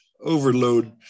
overload